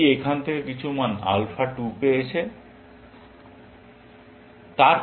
এটি এখান থেকে কিছু মান আলফা 2 পেয়েছে